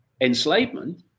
enslavement